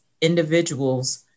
individuals